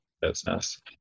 business